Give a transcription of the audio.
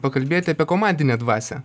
pakalbėti apie komandinę dvasią